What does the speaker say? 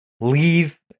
leave